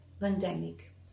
pandemic